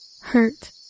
hurt